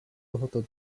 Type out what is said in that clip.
tohoto